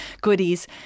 goodies